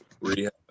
rehab